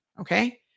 Okay